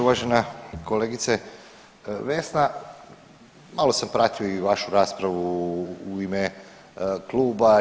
Uvažena kolegice Vesna, malo sam pratio i vašu raspravu u ime kluba i